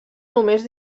només